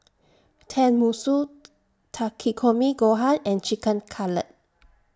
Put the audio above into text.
Tenmusu Takikomi Gohan and Chicken Cutlet